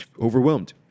overwhelmed